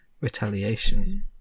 retaliation